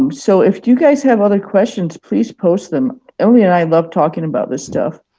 um so if you guys have other questions, please post them. emily and i love talking about this stuff.